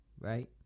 right